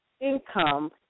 income